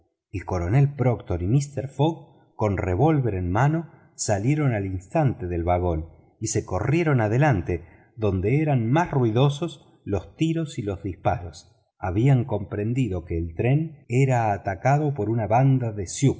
el coronel proctor y mister fogg con revólver en mano salieron al instante del vagón y corrieron adelante donde eran más ruidosos los tiros y los disparos habían comprendido que el tren era atacado por una banda de